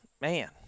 man